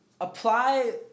apply